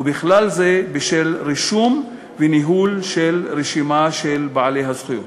ובכלל זה בשל רישום וניהול של רשימה של בעלי הזכויות.